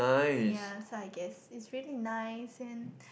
ya so I guess it's really nice and